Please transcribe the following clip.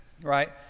right